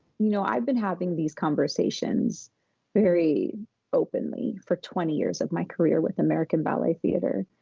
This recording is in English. you know i have been having these conversations very openly for twenty years of my career with american ballet theatre,